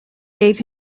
gave